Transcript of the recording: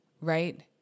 right